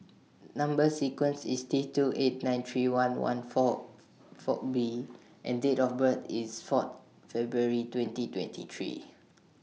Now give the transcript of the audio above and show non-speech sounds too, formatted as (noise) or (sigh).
Number sequence IS T two eight nine three one one four (noise) four B and Date of birth IS four February twenty twenty three